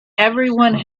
everyone